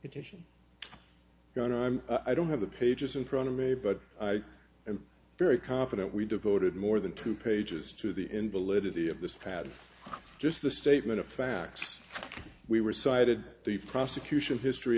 attention going to i'm i don't have the pages in front of me but i am very confident we devoted more than two pages to the invalidity of this had just the statement of facts we were cited the prosecution history